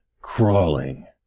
Crawling